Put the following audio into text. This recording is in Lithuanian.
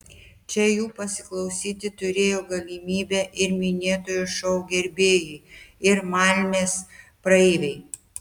čia jų pasiklausyti turėjo galimybę ir minėtojo šou gerbėjai ir malmės praeiviai